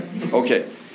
Okay